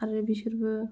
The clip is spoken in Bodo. आरो बिसोरबो